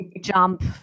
jump